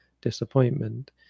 disappointment